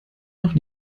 noch